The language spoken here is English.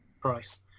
Price